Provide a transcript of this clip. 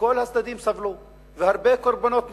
שכל הצדדים סבלו והרבה קורבנות נפלו,